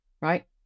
right